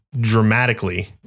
dramatically